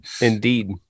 indeed